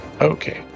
Okay